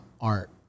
art